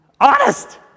Honest